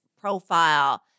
profile